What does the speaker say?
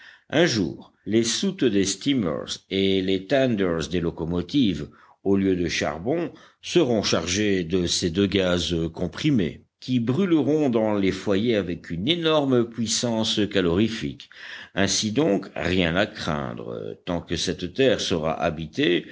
un jour les soutes des steamers et les tenders des locomotives au lieu de charbon seront chargés de ces deux gaz comprimés qui brûleront dans les foyers avec une énorme puissance calorifique ainsi donc rien à craindre tant que cette terre sera habitée